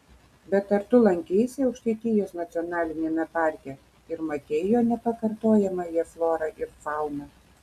bet ar tu lankeisi aukštaitijos nacionaliniame parke ir matei jo nepakartojamąją florą ir fauną